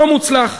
לא מוצלח.